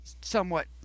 somewhat